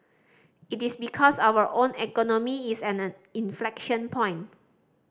it is because our own economy is at an inflection point